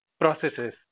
processes